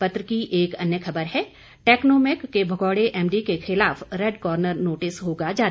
पत्र की एक अन्य खबर है टैक्नोमेक के भगौड़े एमडी के खिलाफ रेड कॉर्नर नोटिस होगा जारी